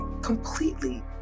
completely